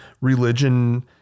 religion